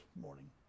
morning